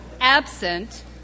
Absent